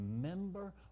remember